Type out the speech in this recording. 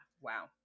Wow